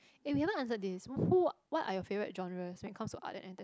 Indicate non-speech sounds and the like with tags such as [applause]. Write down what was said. eh we haven't answered this [breath] who what are your favourite genre when it comes to art and